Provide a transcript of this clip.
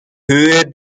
höhe